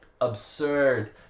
absurd